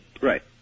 Right